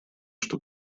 что